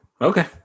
okay